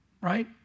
right